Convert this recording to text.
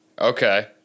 Okay